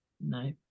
No